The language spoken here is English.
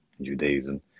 Judaism